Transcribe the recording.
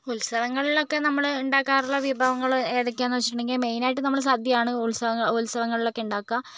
ഉത്സവങ്ങളിലൊക്കെ നമ്മൾ ഉണ്ടാക്കാറുള്ള വിഭവങ്ങൾ ഏതൊക്കെയാണെന്നു വെച്ചിട്ടുണ്ടെങ്കിൽ മെയിനായിട്ട് നമ്മൾ സദ്യയാണ് ഉത്സവ ഉത്സവങ്ങളിലൊക്കെ ഉണ്ടാക്കുക